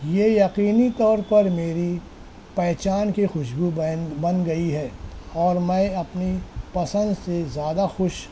یہ یقینی طور پر میری پہچان کی خوشبو بین بن گئی ہے اور میں اپنی پسند سے زیادہ خوش